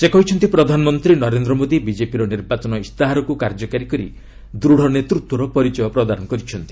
ସେ କହିଛନ୍ତି ପ୍ରଧାନମନ୍ତ୍ରୀ ନରେନ୍ଦ୍ର ମୋଦି ବିକେପିର ନିର୍ବାଚନ ଇସ୍ତାହାରକୁ କାର୍ଯ୍ୟକାରୀ କରି ଦୃଢ଼ ନେତୃତ୍ୱର ପରିଚୟ ପ୍ରଦାନ କରିଛନ୍ତି